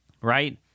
Right